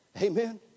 amen